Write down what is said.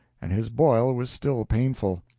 and his boil was still painful,